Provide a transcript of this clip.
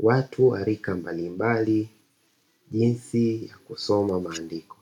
watu wa rika mbalimbali jinsi ya kusoma maandiko.